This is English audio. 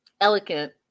elegant